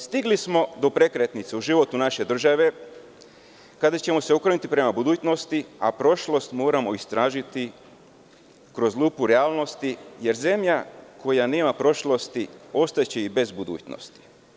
Stigli smo do prekretnice u životu naše države, kada ćemo se okrenuti prema budućnosti, a prošlost moramo istražiti kroz lupu realnosti, jer zemlja koja nema prošlosti, ostaće i bez budućnosti.